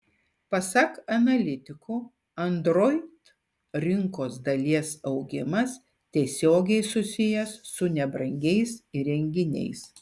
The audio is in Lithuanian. pasak analitikų android rinkos dalies augimas tiesiogiai susijęs su nebrangiais įrenginiais